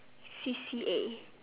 C_C_A